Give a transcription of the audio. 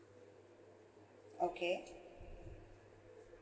okay